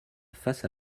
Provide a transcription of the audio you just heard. face